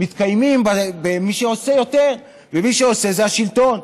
ומי שעושה יותר, זה השלטון.